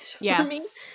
Yes